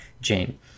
jane